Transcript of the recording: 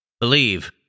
Believe